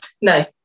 no